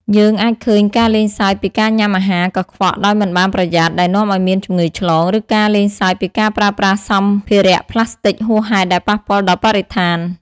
យើងអាចឃើញការលេងសើចពីការញ៉ាំអាហារកខ្វក់ដោយមិនបានប្រយ័ត្ន ដែលនាំឲ្យមានជំងឺឆ្លង ឬការលេងសើចពីការប្រើប្រាស់សម្ភារប្លាស្ទិកហួសហេតុ ដែលប៉ះពាល់ដល់បរិស្ថាន។